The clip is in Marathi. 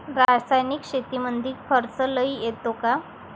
रासायनिक शेतीमंदी खर्च लई येतो का?